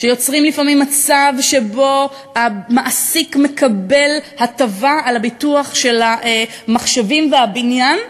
שיוצרים לפעמים מצב שבו המעסיק מקבל הטבה על הביטוח של המחשבים והבניין,